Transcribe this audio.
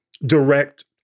direct